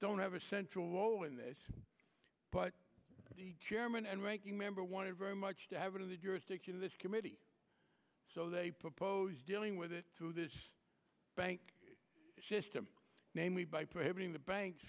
don't have a central role in this but the chairman and ranking member wanted very much to add to the jurisdiction of this committee so they propose dealing with it through this bank system namely by prohibiting the banks